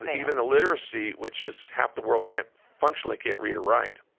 even the literacy, which is half the world can't, functionally can't read or write.